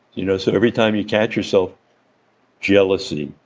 you know so every time you catch yourself jealousy,